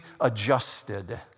adjusted